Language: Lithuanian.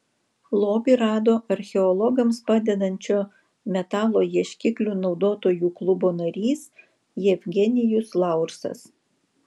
lobį rado archeologams padedančio metalo ieškiklių naudotojų klubo narys jevgenijus laursas